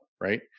Right